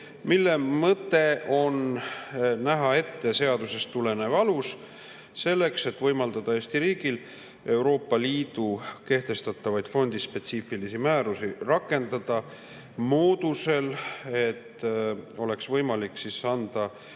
mille mõte on näha ette seadusest tulenev alus, selleks et võimaldada Eesti riigil Euroopa Liidu kehtestatavaid fondispetsiifilisi määrusi rakendada moodusel, mis võimaldaks anda